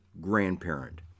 grandparent